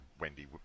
wendy